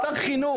שר חינוך.